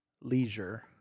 leisure